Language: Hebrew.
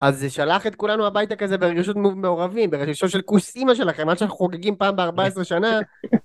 אז זה שלח את כולנו הביתה כזה ברגשות מעורבים, ברגשות של כוס אימא שלכם עד שאנחנו חוגגים פעם בארבע עשרה שנה.